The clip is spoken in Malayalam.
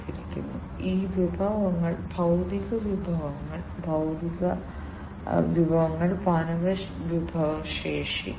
ഇനി നമുക്ക് മുന്നോട്ട് പോയി സെൻസിംഗ് കൂടുതൽ വിശദമായി വ്യാവസായിക സെൻസിംഗ് നോക്കാം